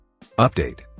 Update